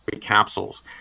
capsules